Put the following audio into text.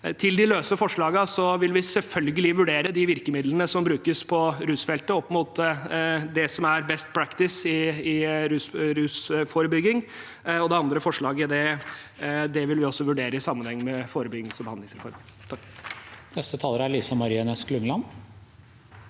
Til de løse forslagene: Vi vil selvfølgelig vurdere de virkemidlene som brukes på rusfeltet, opp mot det som er «best practice» innen rusforebygging. Det andre forslaget vil vi også vurdere i sammenheng med forebyggings- og behandlingsreformen.